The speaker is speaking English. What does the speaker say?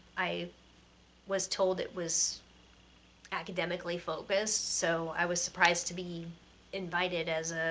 i was told it was academically focused, so i was surprised to be invited as